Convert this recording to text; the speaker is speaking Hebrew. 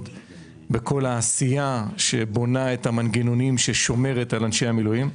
בכל העשייה שבונה את המנגנונים ושומרת על אנשי המילואים.